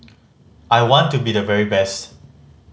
I want to be the very best